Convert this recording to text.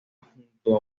junto